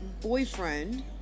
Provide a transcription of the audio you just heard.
boyfriend